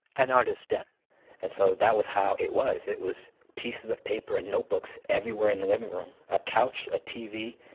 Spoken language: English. an artist's den and so that was how it was. it was pieces of paper and notebooks everywhere in the living room, a couch, a tv,